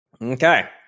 Okay